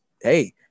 hey